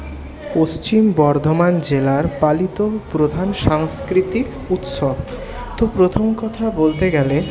পশ্চিম বর্ধমান জেলার পালিত প্রধান সাংস্কৃতিক উৎসব তো প্রথম কথা বলতে গেলে